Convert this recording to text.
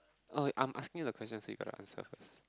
oh I'm asking you the question so you gotta answer first